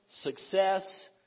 success